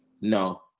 No